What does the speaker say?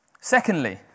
Secondly